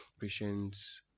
patients